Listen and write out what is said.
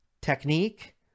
technique